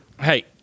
Hey